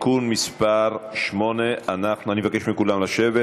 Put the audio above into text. (תיקון מס' 8) אני מבקש מכולם לשבת,